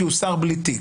כי הוא שר בלי תיק,